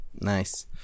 nice